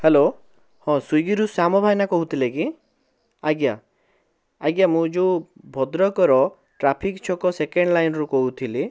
hello ହଁ ସ୍ଵିଗୀରୁ ଶ୍ୟାମ ଭାଇନା କହୁଥିଲେ କି ଆଜ୍ଞା ଆଜ୍ଞା ମୁଁ ଯୋଉ ଭଦ୍ରକର ଟ୍ରାଫିକ୍ ଛକ ସେକେଣ୍ଡ୍ ଲାଇନ୍ ରୁ କହୁଥିଲି